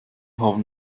haben